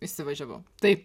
įsivažiavau tai